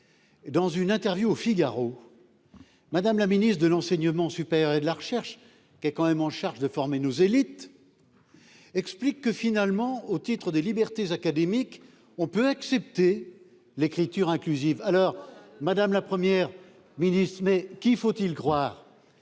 Dans une interview au Figaro. Madame la Ministre de l'enseignement supérieur et de la recherche qui est quand même en charge de former nos élites. Explique que finalement au titre des libertés académiques on peut accepter l'écriture inclusive. Alors madame, la Première ministre mais qui faut-il croire.